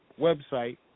website